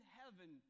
heaven